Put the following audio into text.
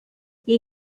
you